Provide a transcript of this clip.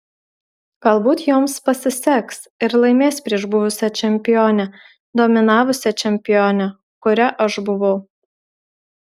galbūt joms pasiseks ir laimės prieš buvusią čempionę dominavusią čempionę kuria aš buvau